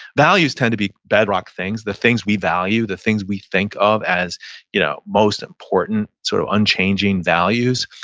values tend to be bedrock things. the things we value, the things we think of as you know most important, sort of unchanging values.